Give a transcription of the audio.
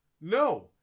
No